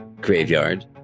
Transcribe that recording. graveyard